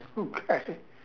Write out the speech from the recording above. okay